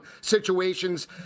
situations